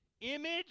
image